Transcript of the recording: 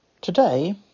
Today